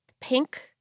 pink